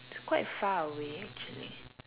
quite far away actually